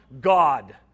God